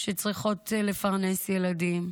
שצריכות לפרנס ילדים,